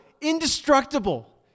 indestructible